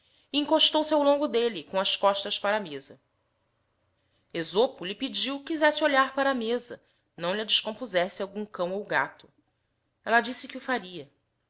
e encostou-se ao longo dellc com as costas para a meza esopo lhe pedio quizesse olhar para a nieza não lha clesconípczesse algum cão ou gato ella disse que o faria